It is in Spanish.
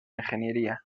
ingeniería